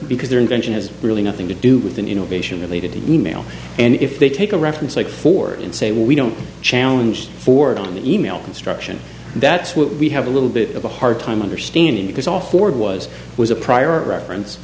because their invention has really nothing to do with an innovation related to e mail and if they take a reference like for and say we don't challenge ford on the e mail construction that's what we have a little bit of a hard time understanding because all ford was was a prior reference